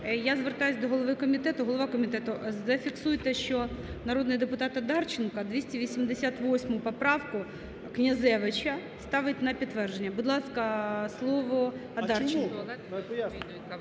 Я звертаюсь до голови комітету. Голова комітету, зафіксуйте, що народний депутат Одарченко 288 поправку Князевича ставить на підтвердження. Будь ласка, слово Одарченко.